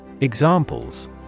Examples